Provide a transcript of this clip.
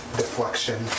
deflection